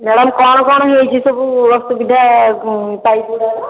madam କ'ଣ କ'ଣ ହୋଇଛି ସବୁ ଅସୁବିଧା ପାଇପ୍ଗୁଡ଼ାକର